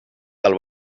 del